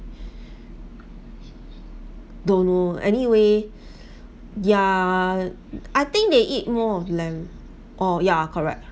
don't know anyway yeah I think they eat more of lamb or ya correct